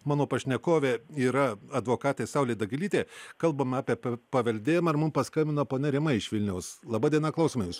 mano pašnekovė yra advokatė saulė dagilytė kalbam apie pa paveldėjimą ar mums paskambino ponia rima iš vilniaus laba diena klausome jūsų